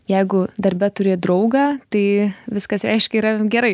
jeigu darbe turi draugą tai viskas reiškia yra gerai